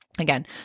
Again